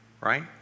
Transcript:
right